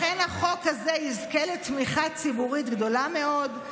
לכן החוק הזה יזכה לתמיכה ציבורית גדולה מאוד,